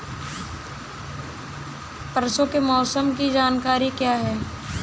परसों के मौसम की जानकारी क्या है?